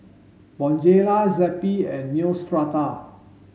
Bonjela Zappy and Neostrata